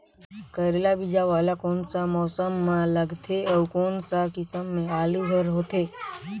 करेला बीजा वाला कोन सा मौसम म लगथे अउ कोन सा किसम के आलू हर होथे?